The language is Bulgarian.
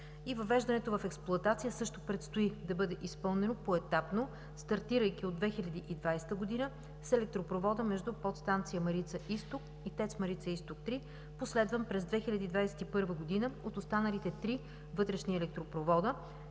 Въвеждането в експлоатация предстои също да бъде изпълнено поетапно, стартирайки от 2020 г., с електропровода между подстанция „Марица изток“ и ТЕЦ „Марица изток 3“, последван през 2021 г. от останалите три вътрешни електропровода,